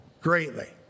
greatly